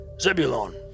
Zebulon